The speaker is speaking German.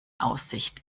aussicht